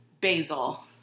basil